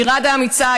עירד האמיצה,